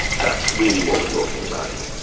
that's really what we're talking about here.